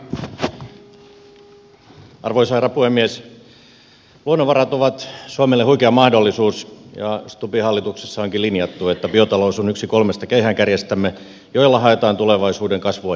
luonnonvarat ovat suomelle huikea mahdollisuus ja stubbin hallituksessa onkin linjattu että biotalous on yksi kolmesta keihäänkärjestämme joilla haetaan tulevaisuuden kasvua ja menestystä